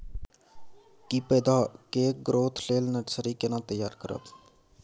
की पौधा के ग्रोथ लेल नर्सरी केना तैयार करब?